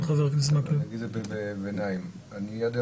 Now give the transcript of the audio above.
אני נגד.